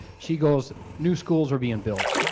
she goes, new schools are being built.